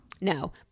No